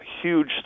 huge